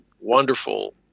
wonderful